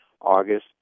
August